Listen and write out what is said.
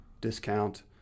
discount